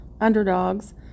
underdogs